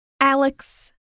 Alex